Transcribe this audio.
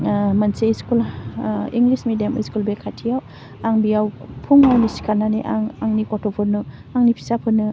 मोनसे school English medium school बे खाथियाव आं बेयाव फुङावनो सिखारनानै आं आंनि गथ'फोरनो आंनि फिसाफोरनो